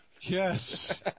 Yes